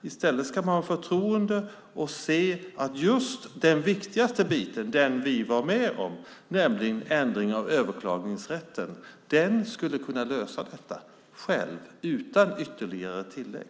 I stället ska man ha förtroende och se att just den viktigaste biten, som vi var med om, nämligen ändringen av överklagningsrätten, skulle kunna lösa detta utan ytterligare tillägg.